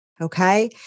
Okay